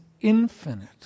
infinite